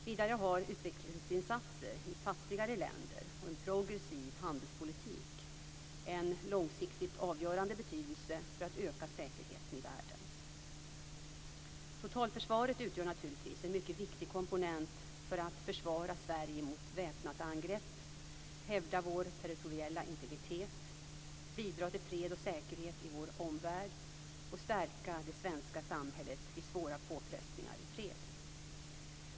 Vidare har utvecklingsinsatser i fattigare länder och en progressiv handelspolitik en långsiktigt avgörande betydelse för att öka säkerheten i världen. Totalförsvaret utgör naturligtvis en mycket viktig komponent för att försvara Sverige mot väpnat angrepp, hävda vår territoriella integritet, bidra till fred och säkerhet i vår omvärld och stärka det svenska samhället vid svåra påfrestningar i fred.